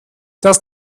dass